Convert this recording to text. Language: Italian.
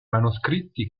manoscritti